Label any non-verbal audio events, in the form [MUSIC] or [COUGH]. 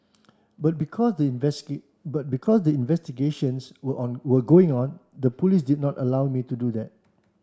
but because the [UNINTELLIGIBLE] but because the investigations were on were going on the police did not allow me to do that